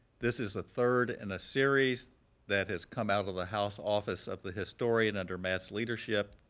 this is a third in a series that has come out of the house office of the historian under matt's leadership,